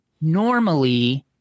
normally –